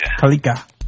Kalika